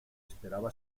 esperaba